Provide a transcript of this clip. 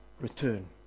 return